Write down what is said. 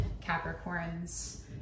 Capricorn's